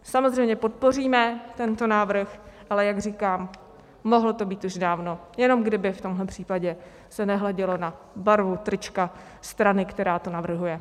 Samozřejmě podpoříme tento návrh, ale jak říkám, mohlo to být už dávno, jenom kdyby se v tomhle případě nehledělo na barvu trička strany, která to navrhuje.